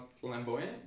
flamboyant